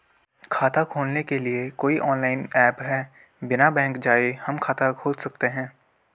खाता खोलने के लिए कोई ऑनलाइन ऐप है बिना बैंक जाये हम खाता खोल सकते हैं?